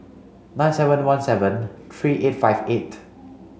nine seven one seven three eight five eight